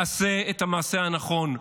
עשה את המעשה הנכון.